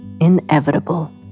inevitable